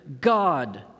God